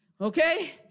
okay